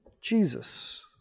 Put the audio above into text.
Jesus